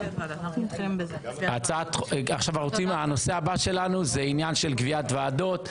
התשפ"ג 2022 (פ/464/25) הנושא הבא שלנו זה עניין של קביעת ועדות,